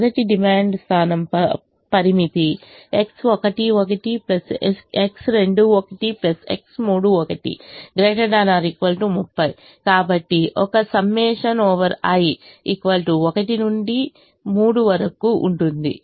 మొదటి డిమాండ్ స్థానం పరిమితి X11 X21 X31 ≥ 30 కాబట్టి ఒక ∑i 1 నుండి 3 వరకు ఉంటుంది